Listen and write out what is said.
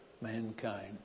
mankind